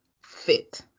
fit